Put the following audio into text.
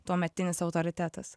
tuometinis autoritetas